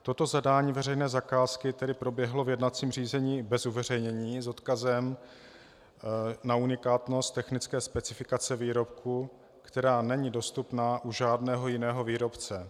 Toto zadání veřejné zakázky tedy proběhlo v jednacím řízení bez uveřejnění s odkazem na unikátnost technické specifikace výrobku, která není dostupná u žádného jiného výrobce.